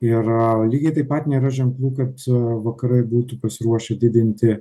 ir lygiai taip pat nėra ženklų kad vakarai būtų pasiruošę didinti